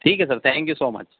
ٹھیک ہے sir thank you so much